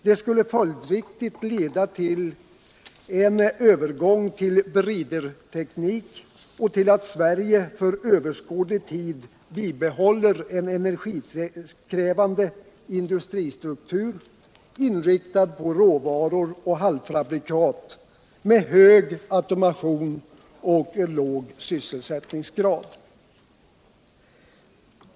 Det skulle följdrikvigt leda till övergång till briderteknik och till att Sverige för överskådlig tid bibehåller en energikriävande industristruktur, inriktad på råvaror och halvfabrikat med hög automation och låg sysselsättningsgrad.